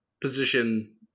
position